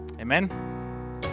Amen